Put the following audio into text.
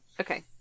Okay